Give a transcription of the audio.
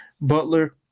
Butler